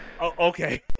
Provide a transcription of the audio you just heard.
Okay